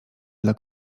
dla